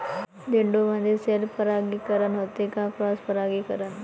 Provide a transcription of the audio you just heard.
झेंडूमंदी सेल्फ परागीकरन होते का क्रॉस परागीकरन?